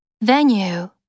Venue